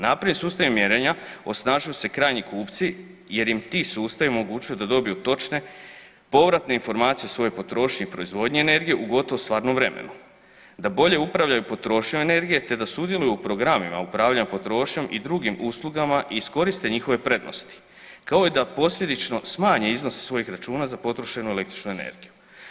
Naprednim sustavom mjerenja osnažuju se krajnji kupci jer im ti sustavi omogućuju da dobiju točne povratne informacije o svojoj potrošnji i proizvodnji energije u gotovo stvarnom vremenu, da bolje upravljaju potrošnjom energije te da sudjeluju u programima upravljanja potrošnjom i drugim uslugama i iskoriste njihove prednosti kao i da posljedično smanje iznos svojih računa za potrošenu električnu energiju.